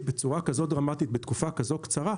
בצורה כזאת דרמטית בתקופה כזאת קצרה,